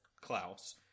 klaus